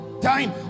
time